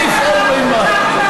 בואו נוסיף עוד ממד,